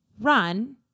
run